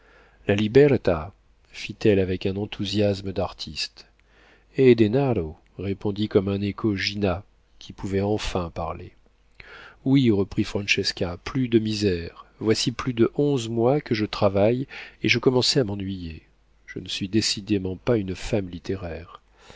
la liberta fit-elle avec un enthousiasme d'artiste e denaro répondit comme un écho gina qui pouvait enfin parler oui reprit francesca plus de misère voici plus de onze mois que je travaille et je commençais à m'ennuyer je ne suis décidément pas une femme littéraire